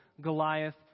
Goliath